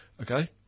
Okay